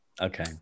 Okay